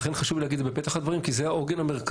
חשוב לי להגיד את זה בפתח הדברים כי זה העוגן המרכזי,